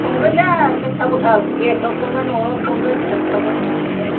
संगोनदे गोथाव गोथाव गेसआव संगोन अरआव संगोन गोथाव गोथाव मोनजागोन